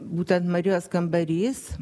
būtent marijos kambarys